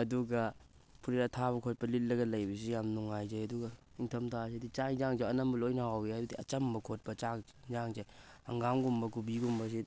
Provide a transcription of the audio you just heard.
ꯑꯗꯨꯒ ꯐꯨꯔꯤꯠ ꯑꯊꯥꯕ ꯈꯣꯠꯄ ꯂꯤꯠꯂꯒ ꯂꯩꯕꯁꯨ ꯌꯥꯝ ꯅꯨꯡꯉꯥꯏꯖꯩ ꯑꯗꯨꯒ ꯏꯪꯊꯝꯊꯥꯁꯤꯗꯤ ꯆꯥꯛ ꯏꯟꯖꯥꯡꯁꯨ ꯑꯅꯝꯕ ꯂꯣꯏꯅ ꯍꯥꯎꯋꯤ ꯍꯥꯏꯕꯗꯤ ꯑꯆꯝꯕ ꯈꯣꯠꯄ ꯆꯥꯛ ꯏꯟꯖꯥꯡꯁꯦ ꯍꯪꯒꯥꯝꯒꯨꯝꯕ ꯀꯨꯕꯤꯒꯨꯝꯕꯁꯤ